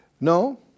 No